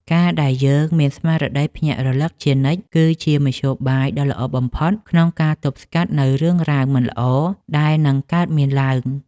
ការដែលយើងមានស្មារតីភ្ញាក់រលឹកជានិច្ច គឺជាមធ្យោបាយដ៏ល្អបំផុតក្នុងការទប់ស្កាត់នូវរឿងមិនល្អដែលនឹងកើតមានឡើង។